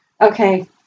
Okay